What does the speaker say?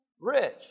Rich